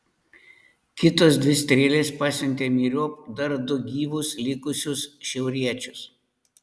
kitos dvi strėlės pasiuntė myriop dar du gyvus likusius šiauriečius